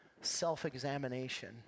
self-examination